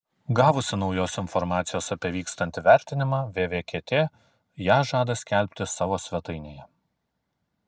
gavusi naujos informacijos apie vykstantį vertinimą vvkt ją žada skelbti savo svetainėje